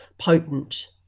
potent